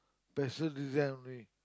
pastel design only